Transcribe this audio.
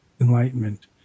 enlightenment